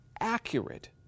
accurate